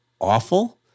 awful